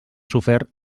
sofert